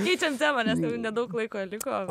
keičiam temą nes jau nedaug laiko liko